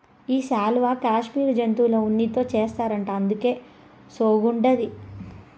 ఈ శాలువా కాశ్మీరు జంతువుల ఉన్నితో చేస్తారట అందుకే సోగ్గుండాది